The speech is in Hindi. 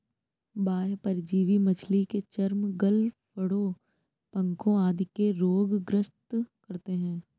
बाह्य परजीवी मछली के चर्म, गलफडों, पंखों आदि के रोग ग्रस्त करते है